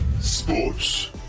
Sports